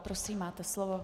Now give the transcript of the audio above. Prosím, máte slovo.